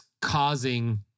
causing